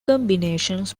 combinations